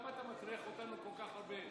למה אתה מטריח אותנו כל כך הרבה?